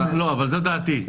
אבל זו דעתי.